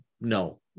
no